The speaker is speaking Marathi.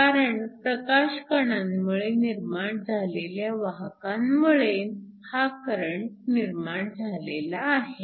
कारण प्रकाशकणांमुळे निर्माण झालेल्या वाहकांमुळे हा करंट निर्माण झालेला आहे